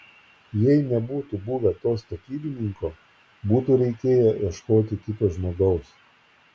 jei nebūtų buvę to statybininko būtų reikėję ieškoti kito žmogaus